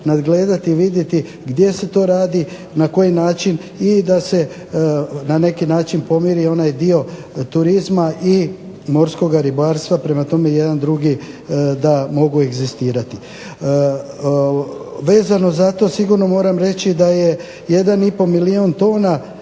nadgledati i vidjeti gdje se to radi, na koji način i da se na neki način pomiri i onaj dio turizma i morskoga ribarstva. Prema tome i jedan i drugi da mogu egzistirati. Vezano za to sigurno moram reći da je jedan i pol milijun tona